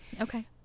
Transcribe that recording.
Okay